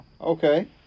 Okay